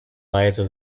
weise